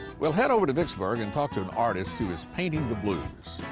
we'll head over to vicksburg and talk to an artist who is painting the blues,